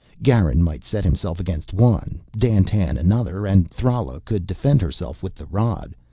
garin might set himself against one, dandtan another, and thrala could defend herself with the rod,